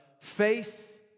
face